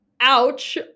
ouch